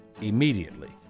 immediately